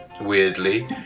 weirdly